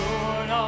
Lord